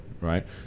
right